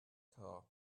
car